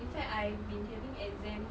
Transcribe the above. in fact I've been having exam